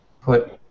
put